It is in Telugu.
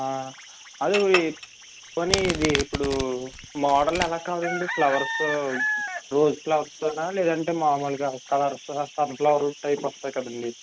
అది ఇది పొనీ ఇది ఇప్పుడు మోడల్ ఎలా కావాలండి ఫ్లవర్సు రోజ్ ఫ్లవర్స్తోనా లేదంటే మాములుగా కలర్సా సన్ఫ్లవర్ టైప్ వస్తాయి కదండి